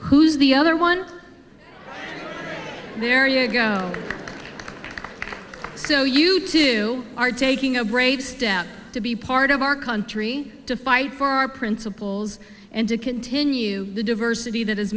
who's the other one there you go so you two are taking a brave step to be part of our country to fight for our principles and to continue the diversity that has